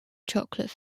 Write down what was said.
chocolate